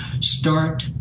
Start